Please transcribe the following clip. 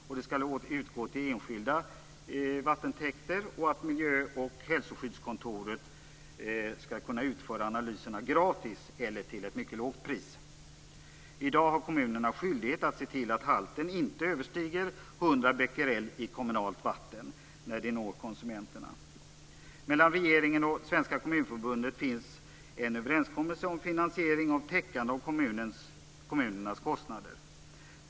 Bidraget skall utgå till enskilda vattentäkter. Miljö och hälsoskyddskontoret skall kunna utföra analyserna gratis eller till ett mycket lågt pris. I dag har kommunerna skyldighet att se till att halten inte överstiger 100 becquerel per liter i kommunalt vatten när det når konsumenterna. Mellan regeringen och Svenska Kommunförbundet finns en överenskommelse om finansiering för att täcka kommunernas kostnader.